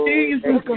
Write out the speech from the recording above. Jesus